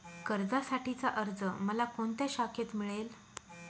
कर्जासाठीचा अर्ज मला कोणत्या शाखेत मिळेल?